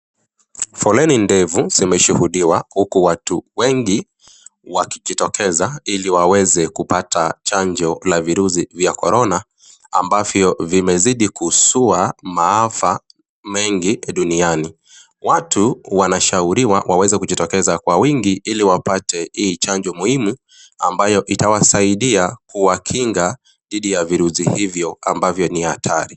Foleni ndefu zimeshuhudiwa huku watu wengi wakijitokeza ili waweze kupata chanjo la virusi vya korona, ambavyo vimezidi kuzua maafa mengi duniani. Watu wanashauriwa waweze kujitokeza kwa wingi ili wapate hii chanjo muhimu ambayo itawasaidia kuwakinga dhidi ya virusi hivyo ambavyo ni hatari.